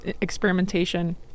experimentation